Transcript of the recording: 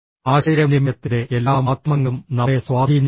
ആശയവിനിമയത്തിൻറെ എല്ലാ മാധ്യമങ്ങളും നമ്മെ സ്വാധീനിക്കുന്നു